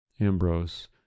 Ambrose